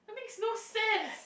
it's no sense